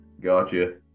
Gotcha